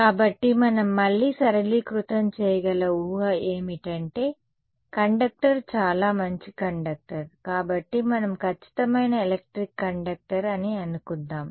కాబట్టి మనం మళ్లీ సరళీకృతం చేయగల ఊహ ఏమిటంటే కండక్టర్ చాలా మంచి కండక్టర్ కాబట్టి మనం ఖచ్చితమైన ఎలక్ట్రిక్ కండక్టర్ అని అనుకుందాం